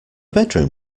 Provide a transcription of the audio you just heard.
bedroom